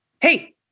Hey